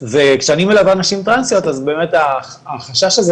וכשאני מלווה נשים טרנסיות אז באמת החשש הזה